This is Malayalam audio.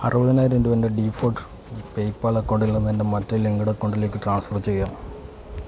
അറുപതിനായിരം രൂപ എൻ്റെ ഡിഫോൾട്ട് പേയ്പാൽ അക്കൗണ്ടിൽ നിന്ന് എൻ്റെ മറ്റേ ലിങ്ക്ഡ് അക്കൗണ്ടിലേക്ക് ട്രാൻസ്ഫർ ചെയ്യുക